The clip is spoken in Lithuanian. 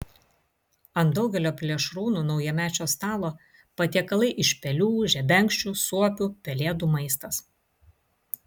ant daugelio plėšrūnų naujamečio stalo patiekalai iš pelių žebenkščių suopių pelėdų maistas